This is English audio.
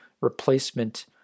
replacement